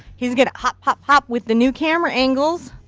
he's going to hop hop hop with the new camera angles.